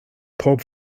pob